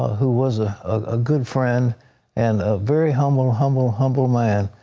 who was ah a good friend and a very humble, humble, humble man.